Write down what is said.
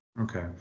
Okay